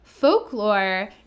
Folklore